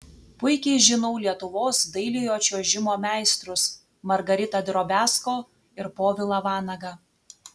puikiai žinau lietuvos dailiojo čiuožimo meistrus margaritą drobiazko ir povilą vanagą